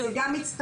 וזה גם מצטרף,